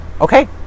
Okay